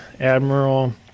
Admiral